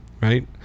right